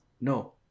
No